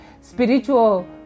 spiritual